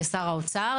לשר האוצר,